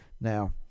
Now